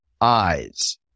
eyes